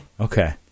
okay